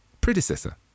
predecessor